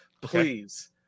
Please